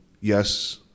Yes